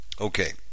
Okay